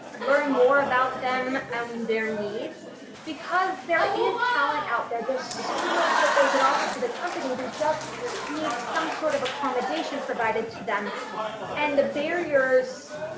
learn more about them and their needs because there is talent out there there's so much that they can offer to the company they just need some sort of accommodation provided to them and the barriers